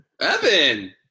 Evan